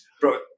Bro